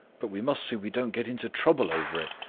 but we must see we don't get into trouble over it.